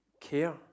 care